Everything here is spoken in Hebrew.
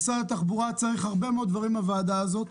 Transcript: משרד התחבורה צריך הרבה מאוד דברים מהוועדה הזאת.